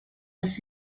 las